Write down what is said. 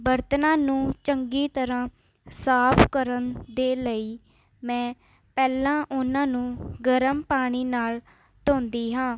ਬਰਤਨਾਂ ਨੂੰ ਚੰਗੀ ਤਰ੍ਹਾਂ ਸਾਫ ਕਰਨ ਦੇ ਲਈ ਮੈਂ ਪਹਿਲਾਂ ਉਹਨਾਂ ਨੂੰ ਗਰਮ ਪਾਣੀ ਨਾਲ਼ ਧੋਂਦੀ ਹਾਂ